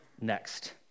next